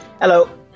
Hello